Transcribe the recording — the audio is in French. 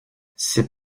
ses